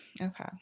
okay